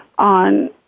on